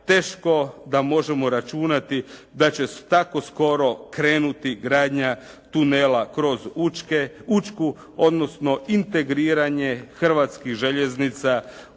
teško da možemo računati da će tako skoro krenuti gradnja tunela kroz Učku, odnosno integriranje hrvatskih željeznica